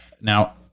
Now